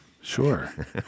Sure